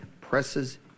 presses